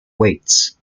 weights